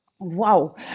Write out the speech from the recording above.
Wow